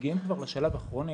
כשמגיעים כבר לשלב הכרוני,